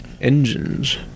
engines